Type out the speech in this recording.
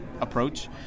approach